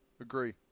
Agree